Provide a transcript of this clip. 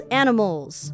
animals